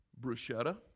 bruschetta